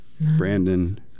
Brandon